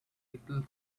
little